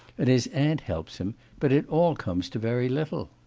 and his aunt helps him but it all comes to very little